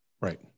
Right